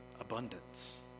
abundance